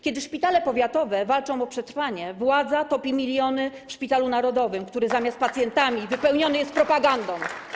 Kiedy szpitale powiatowe walczą o przetrwanie, władza topi miliony w Szpitalu Narodowym, który zamiast pacjentami wypełniony jest propagandą.